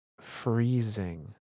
freezing